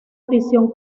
prisión